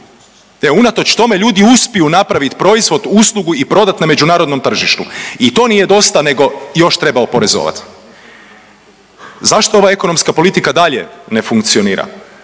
E unatoč tome ljudi uspiju napraviti proizvod, uslugu i prodati na međunarodnom tržištu i to nije dosta, nego još treba oporezovati. Zašto ova ekonomska politika dalje ne funkcionira?